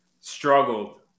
struggled